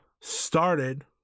started